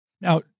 Now